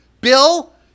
Bill